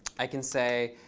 i can say,